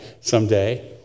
someday